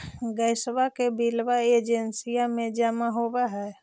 गैसवा के बिलवा एजेंसिया मे जमा होव है?